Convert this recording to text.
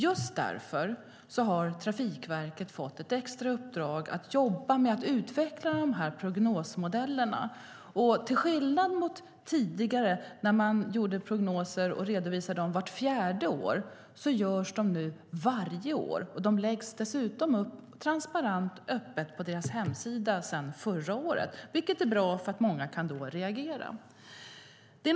Just därför har Trafikverket fått ett extra uppdrag att jobba med att utveckla prognosmodellerna. Till skillnad mot tidigare när prognoser redovisades vart fjärde år görs de nu varje år. Sedan förra året läggs de upp transparent och öppet på verkets hemsida, vilket är bra eftersom många kan reagera.